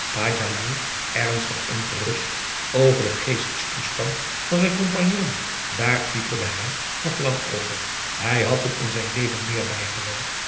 ernstig ongerust over den geestestoestand van zijn compagnon daar pikirde hij nog lang over hij had het in zijn leven meer bijgewoond